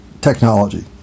technology